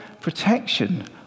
protection